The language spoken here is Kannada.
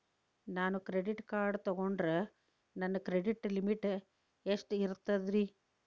ನಾನು ಕ್ರೆಡಿಟ್ ಕಾರ್ಡ್ ತೊಗೊಂಡ್ರ ನನ್ನ ಕ್ರೆಡಿಟ್ ಲಿಮಿಟ್ ಎಷ್ಟ ಇರ್ತದ್ರಿ?